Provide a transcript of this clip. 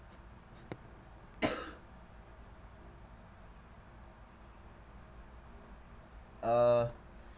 uh